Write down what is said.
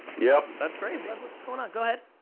yep. that's crazy. i love what's going on. go ahead.